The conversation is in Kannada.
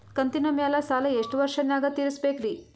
ಕಂತಿನ ಮ್ಯಾಲ ಸಾಲಾ ಎಷ್ಟ ವರ್ಷ ನ್ಯಾಗ ತೀರಸ ಬೇಕ್ರಿ?